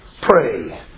pray